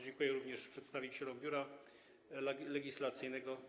Dziękuję również przedstawicielom Biura Legislacyjnego.